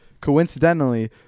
coincidentally